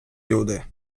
люди